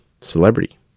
celebrity